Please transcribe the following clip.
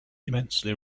immensely